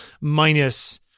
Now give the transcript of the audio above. minus